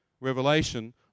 revelation